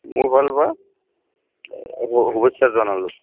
মোৰ ভালৰ পৰা শুভেচ্ছা জনালোঁ